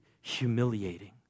humiliating